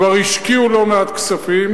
כבר השקיעו לא מעט כספים,